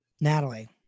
natalie